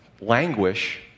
languish